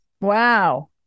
Wow